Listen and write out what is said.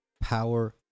power